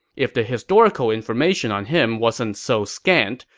if the historical information on him wasn't so scant,